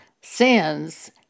sins